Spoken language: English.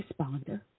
responder